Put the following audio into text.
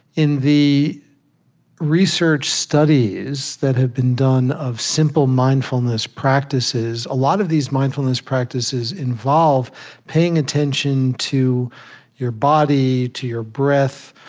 in the research studies that have been done of simple mindfulness practices, a lot of these mindfulness practices involve paying attention to your body, to your breath.